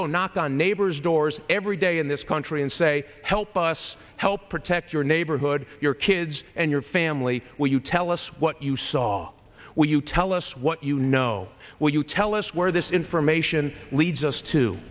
go knock on neighbors doors every day in this country and say help us help protect your neighborhood your kids and your family will you tell us what you saw when you tell us what you know will you tell us where this information leads us to